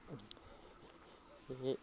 ꯑꯩꯈꯣꯏꯒꯤ